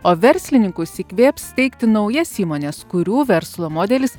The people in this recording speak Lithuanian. o verslininkus įkvėps steigti naujas įmones kurių verslo modelis